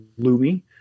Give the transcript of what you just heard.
Lumi